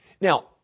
Now